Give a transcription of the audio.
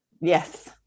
yes